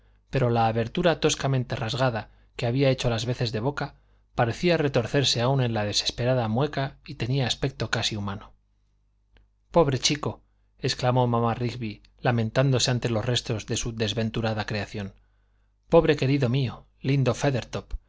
pero la abertura toscamente rasgada que había hecho las veces de boca parecía retorcerse aún en desesperada mueca y tenía aspecto casi humano pobre chico exclamó mamá rigby lamentándose ante los restos de su desventurada creación pobre querido mío lindo feathertop hay